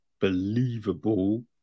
believable